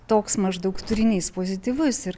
toks maždaug turinys pozityvus ir